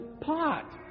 pot